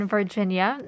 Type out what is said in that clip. Virginia